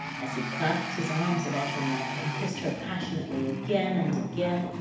as he clasped his arms about her neck, and kissed her passionately again and again,